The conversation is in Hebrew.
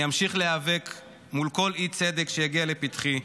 אני אמשיך להיאבק מול כל אי-צדק שיגיע לפתחי.